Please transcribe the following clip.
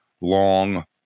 long